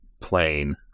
plane